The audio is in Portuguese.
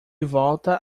volta